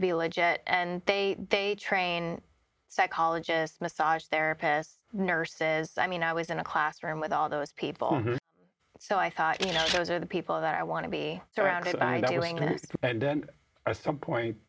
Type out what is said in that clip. be legit and they they train psychologists massage therapists nurses i mean i was in a classroom with all those people so i thought you know those are the people that i want to be surrounded by doing and they are supporting